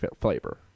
flavor